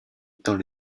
dans